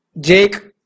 Jake